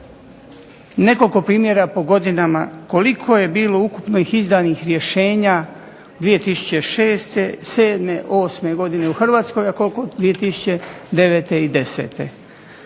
nekoliko primjera po godinama koliko je bilo ukupno izdanih rješenja 2006., 7., 8. godine u Hrvatskoj a koliko 2009. i 10.